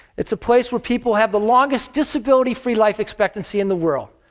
it's a place where people have the longest disability-free life expectancy in the world.